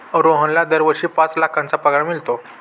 रोहनला दरवर्षी पाच लाखांचा पगार मिळतो